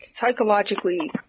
psychologically